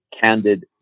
candid